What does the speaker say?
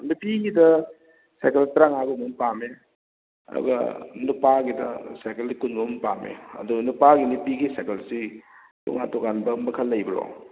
ꯅꯨꯄꯤꯒꯤꯗ cycle ꯇꯔꯥꯃꯉꯥꯒꯨꯝꯕ ꯄꯥꯝꯃꯦ ꯑꯗꯨꯒ ꯅꯨꯄꯥꯒꯤꯗ ꯁꯥꯏꯀꯜ ꯀꯨꯟ ꯂꯣꯝ ꯄꯥꯝꯃꯦ ꯑꯗꯣ ꯅꯨꯄꯥꯒꯤ ꯅꯨꯄꯤꯒꯤ ꯁꯥꯏꯀꯜꯁꯤ ꯇꯣꯉꯥꯟ ꯇꯣꯉꯥꯟꯕ ꯃꯈꯜ ꯂꯩꯕ꯭ꯔꯣ